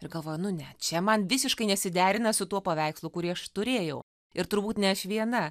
ir galvoju nu ne čia man visiškai nesiderina su tuo paveikslu kurį aš turėjau ir turbūt ne aš viena